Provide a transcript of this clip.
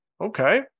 okay